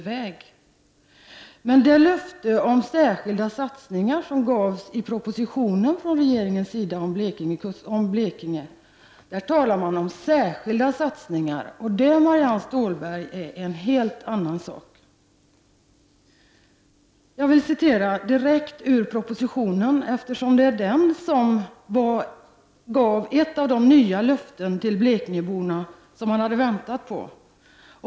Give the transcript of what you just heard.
I fråga om det löfte om särskilda satsningar i Blekinge som gavs i regeringens proposition talar man om ”särskilda satsningar”. Det är en helt annan sak, Marianne Stålberg! Jag vill citera direkt ur propositionen, eftersom det var denna som gav ett av de nya löften som blekingeborna hade väntat på.